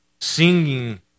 singing